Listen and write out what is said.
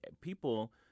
people